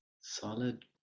solid